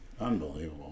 Unbelievable